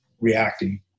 reacting